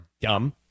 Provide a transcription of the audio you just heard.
dumb